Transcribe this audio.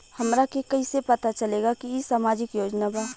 हमरा के कइसे पता चलेगा की इ सामाजिक योजना बा?